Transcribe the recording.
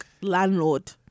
Landlord